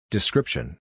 Description